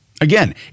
Again